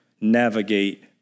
navigate